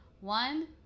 One